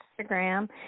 Instagram